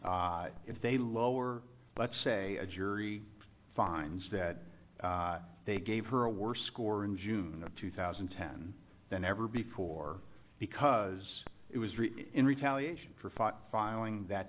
if they lower let's say a jury finds that they gave her a worse score in june of two thousand and ten than ever before because it was in retaliation for five filing that